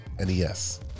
NES